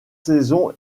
saison